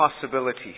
possibility